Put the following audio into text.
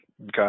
Okay